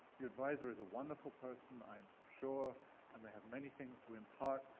your advisor is a wonderful person, i am sure and they have many things to impart,